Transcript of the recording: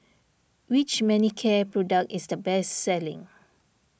which Manicare product is the best selling